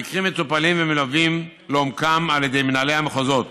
המקרים מטופלים ומלווים לעומקם על ידי מנהלי המחוזות,